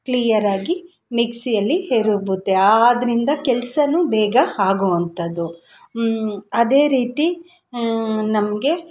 ಕ್ಲಿಯರಾಗಿ ಮಿಕ್ಸಿಯಲ್ಲಿ ಹೇ ರುಬ್ಬುತ್ತೆ ಆದ್ದರಿಂದ ಕೆಲ್ಸನೂ ಬೇಗ ಆಗೋವಂಥದು ಅದೇ ರೀತಿ ನಮಗೆ